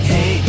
Hey